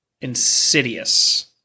Insidious